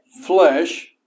flesh